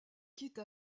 quitte